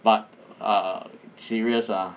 but err serious ah